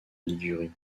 ligurie